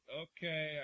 okay